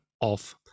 ...off